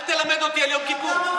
אל תלמד אותי על יום כיפור.